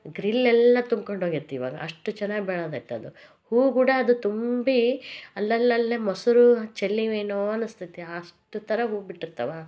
ಗ್ರಿಲ್ಲೆಲ್ಲ ತುಂಬಿಕೊಂಡ್ ಹೋಗೇತಿವಾಗ ಅಷ್ಟು ಚೆನ್ನಾಗ್ ಬೆಳೆದೈತದು ಹೂವು ಕೂಡ ಅದು ತುಂಬಿ ಅಲ್ಲಲ್ಲಲ್ಲೇ ಮೊಸರು ಚೆಲ್ಲಿವೇನೋ ಅನಿಸ್ತದೆ ಅಷ್ಟು ಥರ ಹೂವು ಬಿಟ್ಟಿರ್ತಾವೆ